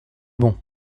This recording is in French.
bon